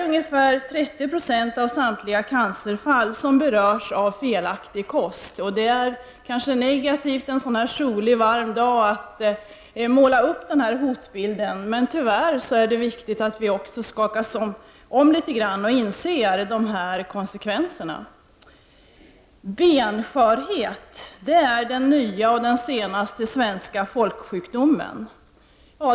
Ungefär 30 70 av samtliga cancerfall berörs av felaktig kost. Det är kanske negativt att måla upp den hotbilden en sådan här solig och varm dag, men tyvärr är det viktigt att vi också skakas om litet grand och inser de här konsekvenserna. Benskörhet är den senaste svenska folksjukdomen.